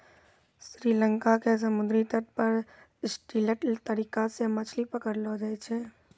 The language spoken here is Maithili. श्री लंका के समुद्री तट पर स्टिल्ट तरीका सॅ मछली पकड़लो जाय छै